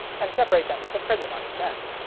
and separate them with a prism on each end.